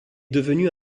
devenue